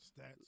stats